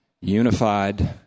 unified